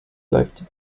läuft